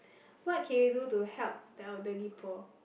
what can you do to help the elderly poor